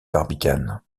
barbicane